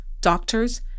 doctors